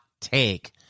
take